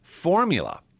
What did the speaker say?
formula